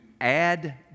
add